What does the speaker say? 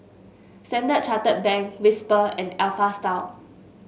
Standard Chartered Bank Whisper and Alpha Style